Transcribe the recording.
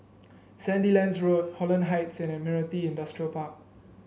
Sandilands Road Holland Heights and Admiralty Industrial Park